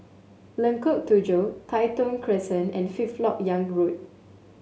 Lengkok Tujoh Tai Thong Crescent and Fifth LoK Yang Road